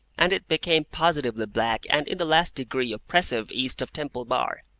and it became positively black and in the last degree oppressive east of temple bar.